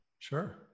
Sure